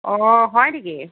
অঁ হয় নেকি